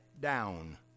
down